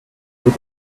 peut